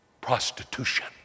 Prostitution